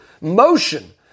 motion